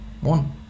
One